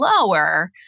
lower